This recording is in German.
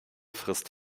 frisst